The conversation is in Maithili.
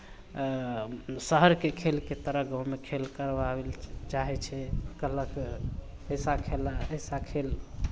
शहरके खेलके तरह गाँवमे खेल करवाबै लए चाहै छै कहलक अइसा खेल अइसा खेल